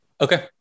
Okay